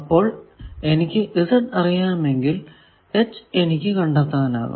അപ്പോൾ എനിക്ക് Z അറിയാമെങ്കിൽ h എനിക്ക് കണ്ടെത്താനാകും